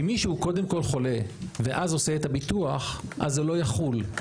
אם מישהו קודם כל חולה ואז עושה את הביטוח אז זה לא יחול.